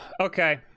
okay